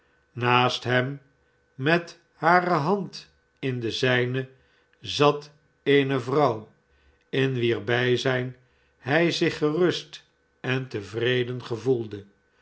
naast hem met hare hand in de zijne r zat eene vrouw in wier bijzijn hij zich gerust en tevreden gevoelde